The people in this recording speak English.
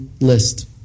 list